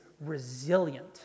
resilient